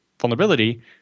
vulnerability